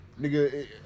Nigga